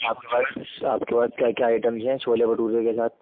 آپ کے پاس آپ کے پاس کیا کیا آئٹمس ہیں چھولے بٹورے کے ساتھ